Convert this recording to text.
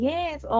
Yes